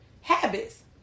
habits